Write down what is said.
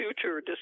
future